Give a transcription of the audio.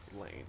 lane